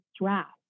draft